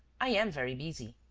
i am very busy.